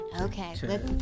Okay